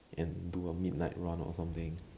and do a midnight run or something